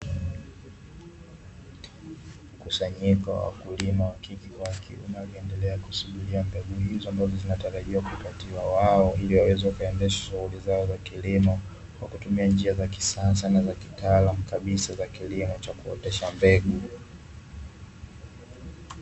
Mkusanyiko wa wakulima wa kike na wa kiume, wakiendelea kusubiria mbegu hizo ambazo zinatarajiwa kupatiwa wao, ili waweze kuendesha shughuli zao za kilimo kwa kutumia njia za kisasa na za kitaalamu kabisa, za kilimo cha kuotesha mbegu.